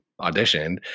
auditioned